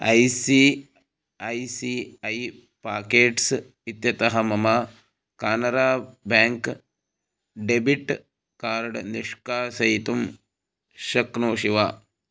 I C I C I pockets इत्यतः मम Canara bank debit card निष्कासयितुं शक्नोषि वा